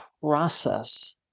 process